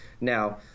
Now